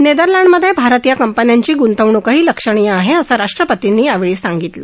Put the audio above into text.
नेरदलँडमधे भारतीय कंपन्यांची ग्रंतवणूकही लक्षणीय आहे असं राष्ट्रपतींनी यावेळी सांगितलं